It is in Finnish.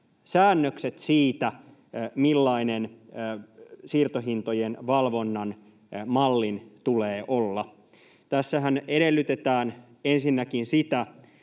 säännökset siitä, millainen siirtohintojen valvonnan mallin tulee olla. Tässähän edellytetään ensinnäkin sitä,